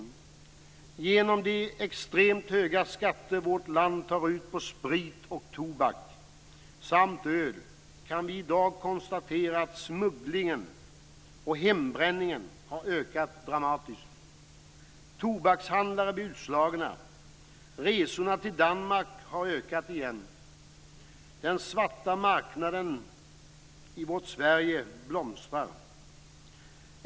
På grund av de extremt höga skatter vårt land tar ut på sprit och tobak samt öl kan vi i dag konstatera att smugglingen och hembränningen har ökat dramatiskt. Tobakshandlare blir utslagna. Resorna till Danmark har ökat igen. Den svarta marknaden i vårt Sverige blomstrar.